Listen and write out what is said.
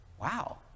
Wow